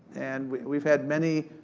and we've had many